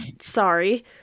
sorry